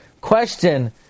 Question